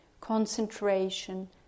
concentration